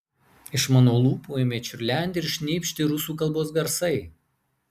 iš mano lūpų ėmė čiurlenti ir šnypšti rusų kalbos garsai